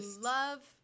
love